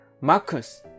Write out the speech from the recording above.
Marcus